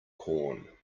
corn